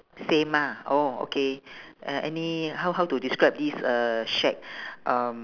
same ah orh okay a~ any how how to describe this uh shack um